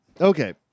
Okay